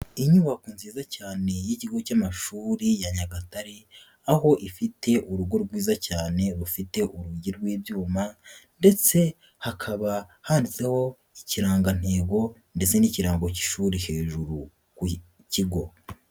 Inyubako nziza cyane y'ikigo cy'amashuri ya Nyagatare, aho ifite urugo rwiza cyane rufite urugi rw'ibyuma ndetse hakaba handitseho ikirangantego ndetse n'ikirango cy'ishuri hejuru ku kigo.